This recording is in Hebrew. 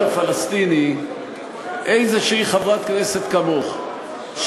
חברת הכנסת זנדברג,